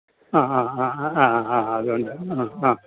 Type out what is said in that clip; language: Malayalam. ആ ആ ആ ആ ആ ആ ആ അത്കൊണ്ട് ആ ആ